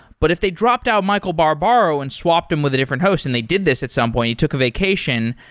but if they dropped out michael barbaro and swapped him with a different a host, and they did this at some point, he took a vacation.